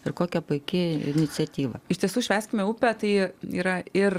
ir kokia puiki iniciatyva iš tiesų švęskime upę tai yra ir